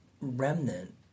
remnant